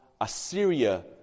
Assyria